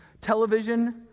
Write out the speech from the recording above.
television